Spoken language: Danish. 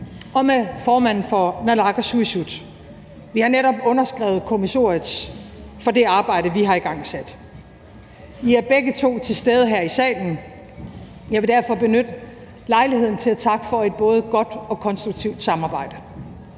og med formanden for naalakkersuisut. Vi har netop underskrevet kommissoriet for det arbejde, vi har igangsat. I er begge to til stede her i salen. Jeg vil derfor benytte lejligheden til at takke for et både godt og konstruktivt samarbejde.